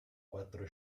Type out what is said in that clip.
quattro